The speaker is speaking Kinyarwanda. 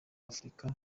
afurika